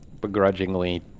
Begrudgingly